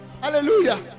Hallelujah